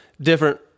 different